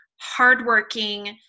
hardworking